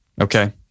okay